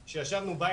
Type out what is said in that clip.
כשישבנו,